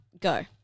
go